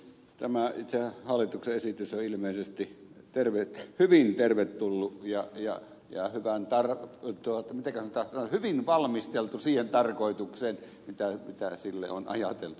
tämä itse hallituksen esitys on ilmeisesti hyvin tervetullut ja pian jäätyvän tarran tuoton pidättää hyvin valmisteltu siihen tarkoitukseen mitä sille on ajateltu